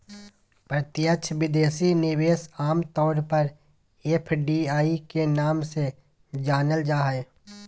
प्रत्यक्ष विदेशी निवेश आम तौर पर एफ.डी.आई के नाम से जानल जा हय